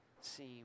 seem